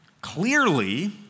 clearly